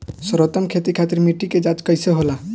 सर्वोत्तम खेती खातिर मिट्टी के जाँच कइसे होला?